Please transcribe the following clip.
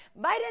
Biden